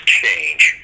change